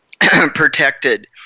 protected